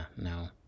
no